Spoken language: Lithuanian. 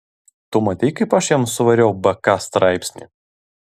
tu matei kaip aš jam suvariau bk straipsnį